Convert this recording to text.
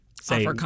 say